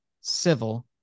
civil